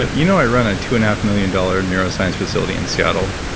ah you know i run a two and a half million dollar neuroscience facility in seattle,